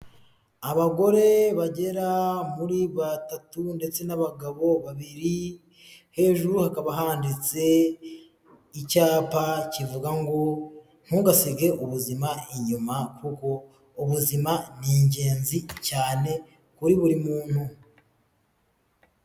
Abagore bagera muri batatu ndetse n'abagabo babiri, hejuru hakaba handitse icyapa kivuga ngo "ntugasige ubuzima inyuma kuko ubuzima ni ingenzi cyane kuri buri muntu".